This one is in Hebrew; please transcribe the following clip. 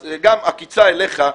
אז גם עקיצה אליך,